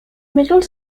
middle